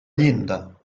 llinda